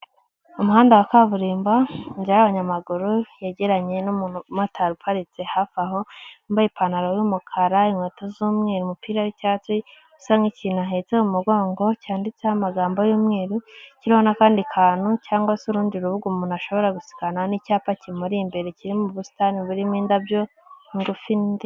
Umuhanda wa kaburimbo inzira y'abanyamaguru yegeranye n'umumotari uparitse hafi aho yambaye ipantaro y'umukara inkweto z'umweru umupira w'icyatsi usa nk'ikintu ahetse mu mugongo cyanditseho amagambo y'umweru kiro n'akandi kantu cyangwa se urundi rubuga umuntu ashobora gusikana n'icyapa kimuri imbere kiri mu busitani burimo indabyo ngufi n'inde.